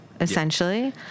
essentially